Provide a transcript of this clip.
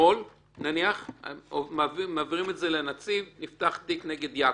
אתמול העבירו לנציב שנפתח תיק נגד יעקב.